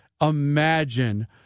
imagine